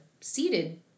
seated